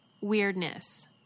weirdness